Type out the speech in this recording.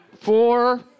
four